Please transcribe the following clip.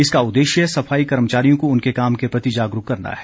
इसका उद्देश्य सफाई कर्मचारियों को उनके काम के प्रति जागरूक करना है